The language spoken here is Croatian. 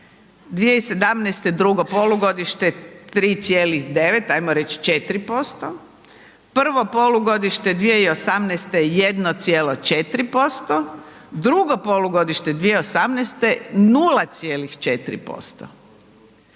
2017. drugo polugodište, 3,9, hajmo reći 4%, prvo polugodište 2018. 1,4%, drugo polugodište 0,4%.